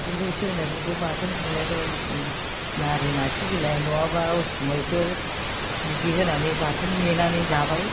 बेफोरखौ सेवनाय फोरखौ बाथोन जुनायफ्राव नारें आसि बिलाइ नङाब्ला उसुमैफोर बिदि होनानै बाथोन मेनानै जाबाय